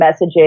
messaging